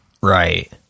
Right